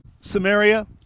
Samaria